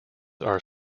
are